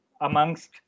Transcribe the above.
Amongst